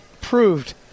proved